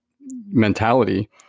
mentality